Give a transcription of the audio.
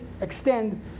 extend